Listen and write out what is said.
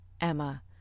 Emma